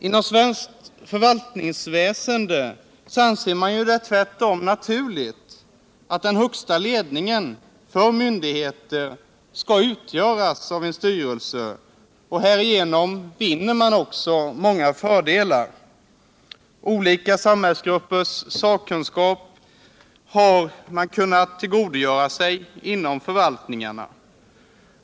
Inom svenskt förvaltningsväsende anser man det tvärtom naturligt att den högsta ledningen för myndigheter skall utgöras av en styrelse. Härigenom vinner man många fördelar. Förvaltningarna kan tillgodogöra sig olika samhällsgruppers sakkunskap.